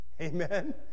Amen